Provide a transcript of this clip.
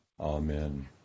Amen